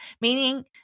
meaning